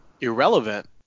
irrelevant